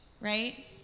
right